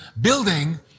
building